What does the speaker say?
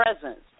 presence